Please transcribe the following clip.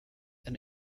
and